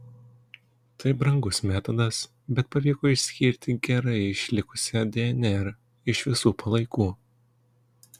tai brangus metodas bet pavyko išskirti gerai išlikusią dnr iš visų palaikų